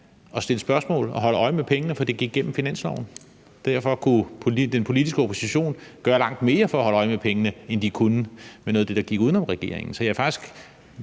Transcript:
og stille spørgsmål og holde øje med pengene, for det gik gennem finansloven. Derfor kunne den politiske opposition gøre langt mere for at holde øje med pengene, end de kunne med noget af det, der gik uden om regeringen. Så jeg er faktisk